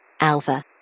Alpha